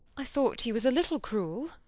i thought he was a little cruel.